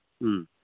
ꯎꯝ